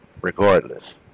regardless